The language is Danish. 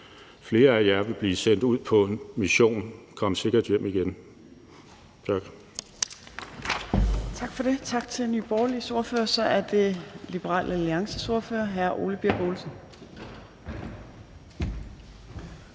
Flere af jer vil blive sendt ud på en mission. Kom sikkert hjem igen!